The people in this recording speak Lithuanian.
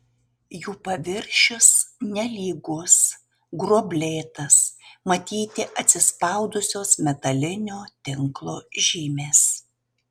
jų paviršius nelygus gruoblėtas matyti atsispaudusios metalinio tinklo žymės